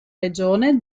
regione